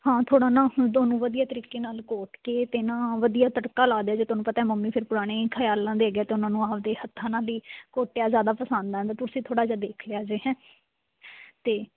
ਹਾਂ ਥੋੜ੍ਹਾ ਨਾ ਹੁਣ ਤੁਹਾਨੂੰ ਵਧੀਆ ਤਰੀਕੇ ਨਾਲ ਘੋਟ ਕੇ ਅਤੇ ਨਾ ਵਧੀਆ ਤੜਕਾ ਲਾ ਦਿਓ ਜੀ ਤੁਹਾਨੂੰ ਪਤਾ ਮੰਮੀ ਫਿਰ ਪੁਰਾਣੇ ਖਿਆਲਾਂ ਦੇ ਹੈਗੇ ਐ ਅਤੇ ਉਹਨਾਂ ਨੂੰ ਆਪਦੇ ਹੱਥਾਂ ਨਾਲ ਹੀ ਘੋਟਿਆ ਜ਼ਿਆਦਾ ਪਸੰਦ ਆਉਂਦਾ ਤੁਸੀਂ ਥੋੜ੍ਹਾ ਜਿਹਾ ਦੇਖ ਲਿਓ ਜੀ ਹੈਂ ਅਤੇ